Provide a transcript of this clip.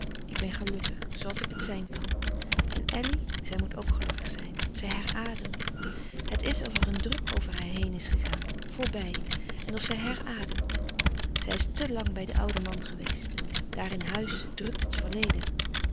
ik ben gelukkig zoo als ik het zijn kan en elly zij moet ook gelukkig zijn zij herademt het is of er een druk over haar heen is gegaan voorbij en of zij herademt zij is te lang bij den ouden man geweest daar in huis drukt het verleden